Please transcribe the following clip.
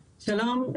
שלום.